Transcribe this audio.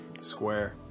square